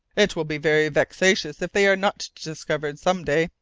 it will be very vexatious if they are not discovered some day,